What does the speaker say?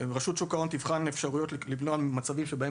רשות שוק ההון לבחון את האפשרויות למנוע מצבים שבהם